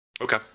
Okay